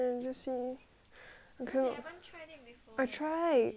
I try I try twice eh